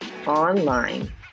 online